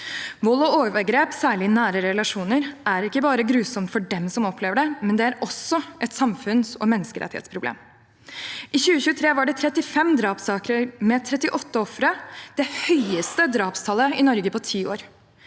Vold og overgrep, særlig i nære relasjoner, er ikke bare grusomt for dem som opplever det, det er også et samfunns- og menneskerettighetsproblem. I 2023 var det 35 drapssaker med 38 ofre – det høyeste drapstallet i Norge på ti år.